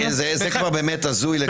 זה עסק כבר באמת הזוי.